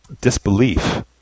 disbelief